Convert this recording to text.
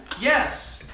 yes